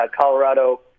Colorado